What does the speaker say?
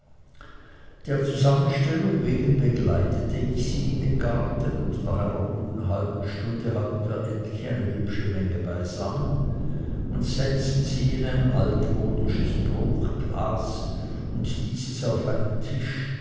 der zusammenstellung wegen begleitete ich sie in den garten und nach einer guten halben stunde hatten wir endlich eine hübsche menge beisammen und setzten sie in ein altmodisches prunkglas und dieses auf einen tisch